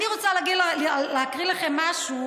אני רוצה להקריא לכם משהו